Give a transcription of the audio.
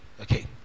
Okay